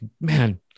man